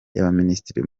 y’abaminisitiri